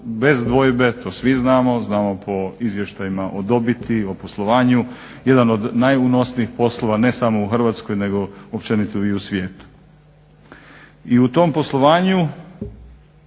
bez dvojbe to svi znamo, znamo po izvještajima o dobiti, o poslovanju jedan od najunosnijih poslova ne samo u Hrvatskoj nego općenito i u svijetu. I u tom poslovanju